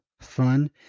fun